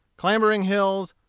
clambering hills,